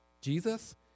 Jesus